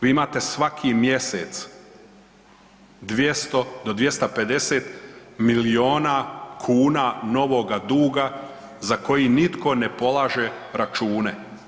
Vi imate svaki mjesec 200 do 250 milijuna kuna novoga duga za koji nitko ne polaže račune.